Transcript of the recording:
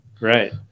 Right